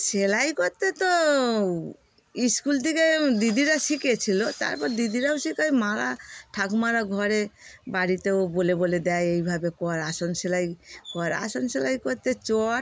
সেলাই করতে তো স্কুল থেকে দিদিরা শিখেছিলো তারপর দিদিরাও শেখায় মারা ঠাকুমারা ঘরে বাড়িতেও বলে বলে দেয় এইভাবে কর আসন সেলাই কর আসন সেলাই করতে চ